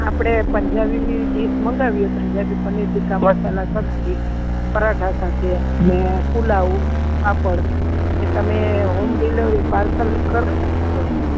આપડે પંજાબી ડીશ મંગાવીએ પનીર ટીકા મસાલા સબ્જી પરાઠા સાથે ને પુલાવ પાપડ તમે હોમ ડિલિવરી પાર્સલ કરો છો